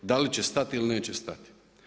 Da li će stati ili neće stati.